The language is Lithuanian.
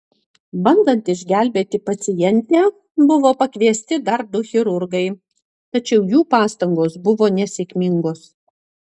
bandant išgelbėti pacientę buvo pakviesti dar du chirurgai tačiau jų pastangos buvo nesėkmingos